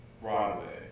Broadway